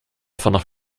vanaf